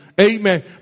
Amen